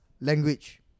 language